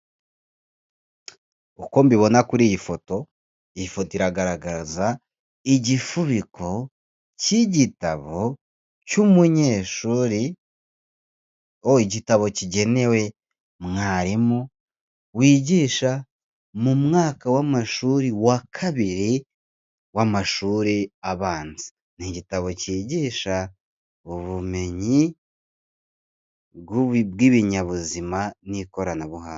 Uko mbibona kuri iyi foto, iyi foto iragaragaza igifuniko cy'igitabo cy'umunyeshuri, oh igitabo kigenewe mwarimu wigisha mu mwaka w'amashuri wa kabiri w'amashuri abanza, ni igitabo cyigisha ubumenyi bw'ibinyabuzima n'ikoranabuhanga.